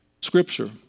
Scripture